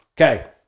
Okay